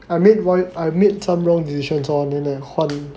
I made one I made some wrong decisions so I'm like 换